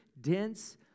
dense